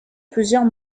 plusieurs